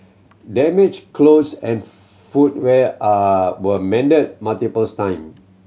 damaged clothes and footwear are were mended multiples time